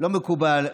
לא מקובל.